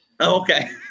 Okay